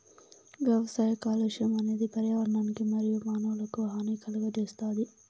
వ్యవసాయ కాలుష్యం అనేది పర్యావరణానికి మరియు మానవులకు హాని కలుగజేస్తాది